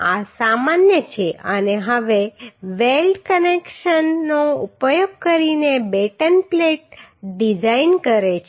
આ સામાન્ય છે અને હવે વેલ્ડ કનેક્શનનો ઉપયોગ કરીને બેટન પ્લેટ ડિઝાઇન કરે છે